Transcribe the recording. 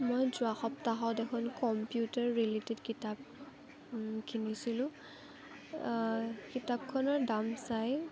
মই যোৱা সপ্তাহত এখন কম্পিউটাৰ ৰিলেটেড কিতাপ কিনিছিলোঁ কিতাপখনৰ দাম চাই